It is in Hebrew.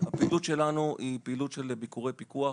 הפעילות שלנו היא פעילות של ביקורי פיקוח,